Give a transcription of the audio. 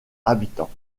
habitants